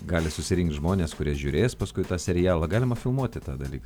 gali susirinkt žmonės kurie žiūrės paskui tą serialą galima filmuoti tą dalyką